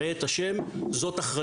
ראה את השם, זאת אחריותו.